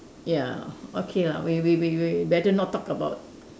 ya okay lah we we we we better not talk about